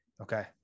Okay